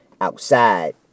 outside